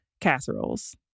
casseroles